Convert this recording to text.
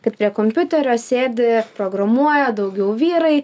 kad prie kompiuterio sėdi programuoja daugiau vyrai